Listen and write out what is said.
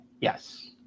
Yes